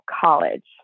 college